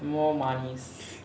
you have more money